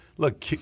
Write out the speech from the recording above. Look